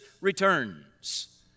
returns